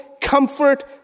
comfort